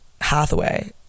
Hathaway